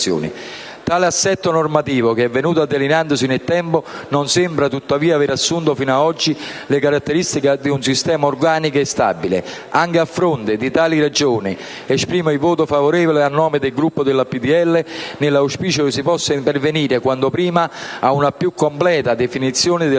Tale assetto normativo, venuto delineandosi nel tempo, non sembra tuttavia aver assunto fino ad oggi le caratteristiche di un sistema organico e stabile. Anche a fronte di tali ragioni, dichiaro il voto favorevole a nome del Gruppo del PdL, nell'auspicio che si possa addivenire quanto prima ad una più completa definizione della